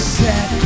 set